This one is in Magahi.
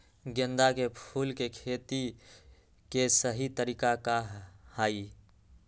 गेंदा के फूल के खेती के सही तरीका का हाई?